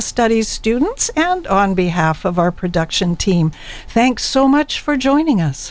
studies students and on behalf of our production team thanks so much for joining us